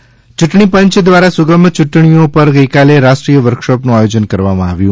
યૂંટણી પંચ યૂંટણી પંચ દ્વારા સુગમ ચૂંટણીઓ પર ગઇકાલે રાષ્ટ્રીય વર્કશોપનું આયોજન કરવામાં આવ્યુ